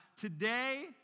Today